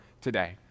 today